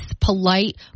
polite